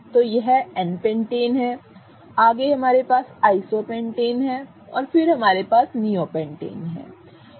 तो यह n pentane है आगे हमारे पास आइसोपेंटेन है और फिर हमारे पास नीओपेंटेन है ठीक है